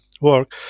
work